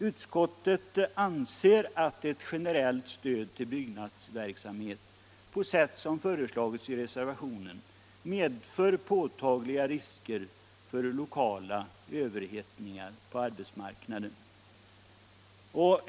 Utskottet anser att ett generellt stöd till byggnadsverksamhet på sätt som föreslagits i reservationen medför påtagliga risker för lokala överhettningar på arbetsmarknaden.